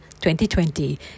2020